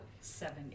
seven